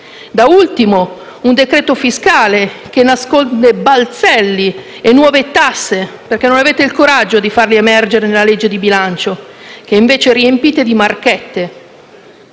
emanato un decreto-legge fiscale, che nasconde balzelli e nuove tasse, che non avete il coraggio di far emergere nella legge di bilancio, che invece riempite di marchette,